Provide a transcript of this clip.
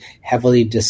heavily